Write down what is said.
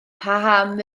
paham